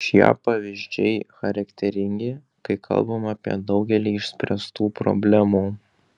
šie pavyzdžiai charakteringi kai kalbama apie daugelį išspręstų problemų